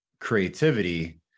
creativity